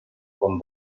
quan